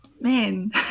man